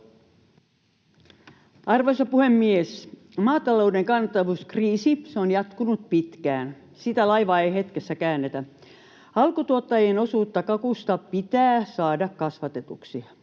Arvoisa puhemies! Maatalouden kannattavuuskriisi on jatkunut pitkään, sitä laivaa ei hetkessä käännetä. Alkutuottajien osuutta kakusta pitää saada kasvatetuksi.